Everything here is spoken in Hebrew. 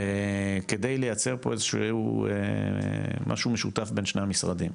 כדי לייצר פה איזשהו משהו משותף בין שני המשרדים.